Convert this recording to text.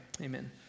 amen